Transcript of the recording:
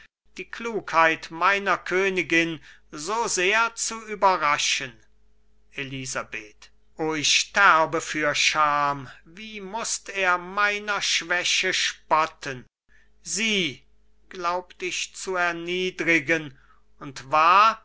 die klugheit meiner königin so sehr zu überraschen elisabeth o ich sterbe für scham wie mußt er meiner schwäche spotten sie glaubt ich zu erniedrigen und war